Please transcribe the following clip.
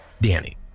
Danny